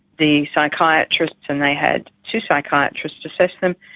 the psychiatrists, and they had two psychiatrists assess them,